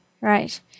Right